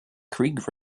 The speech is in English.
creek